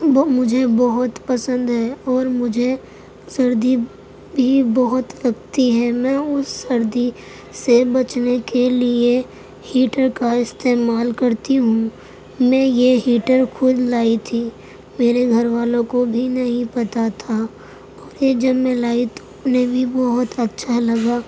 وہ مجھے بہت پسند ہے اور مجھے سردی بھی بہت لگتی ہے میں اس سردی سے بچنے کے لیے ہیٹر کا استعمال کرتی ہوں میں یہ ہیٹر خود لائی تھی میرے گھر والوں کو بھی نہیں پتہ تھا اور یہ جب میں لائی تو انہیں بھی بہت اچھا لگا